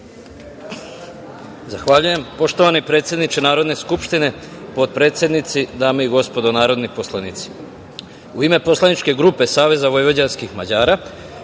Zahvaljujem. Poštovani predsedniče Narodne skupštine, potpredsednici, dame i gospodo narodni poslanici, u ime poslaničke grupe Saveza vojvođanskih Mađara